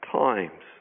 times